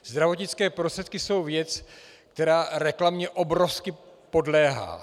Zdravotnické prostředky jsou věc, která reklamě obrovsky podléhá.